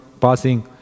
passing